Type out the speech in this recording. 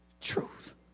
truth